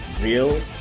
real